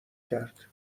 کرد